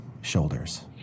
shoulders